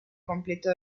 completo